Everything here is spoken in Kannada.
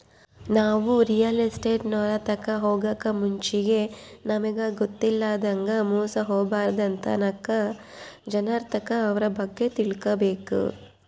ನಾವು ರಿಯಲ್ ಎಸ್ಟೇಟ್ನೋರ್ ತಾಕ ಹೊಗಾಕ್ ಮುಂಚೆಗೆ ನಮಿಗ್ ಗೊತ್ತಿಲ್ಲದಂಗ ಮೋಸ ಹೊಬಾರ್ದಂತ ನಾಕ್ ಜನರ್ತಾಕ ಅವ್ರ ಬಗ್ಗೆ ತಿಳ್ಕಬಕು